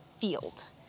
field